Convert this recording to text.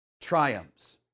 triumphs